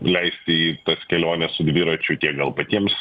leisti į tas keliones su dviračiu tiek gal patiems